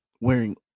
wearing